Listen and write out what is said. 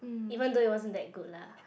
even though it wasn't that good lah